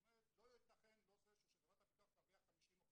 זאת אומרת, לא יתכן שחברת הביטוח תרוויח 50%,